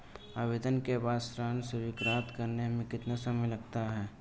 आवेदन के बाद ऋण स्वीकृत करने में कितना समय लगता है?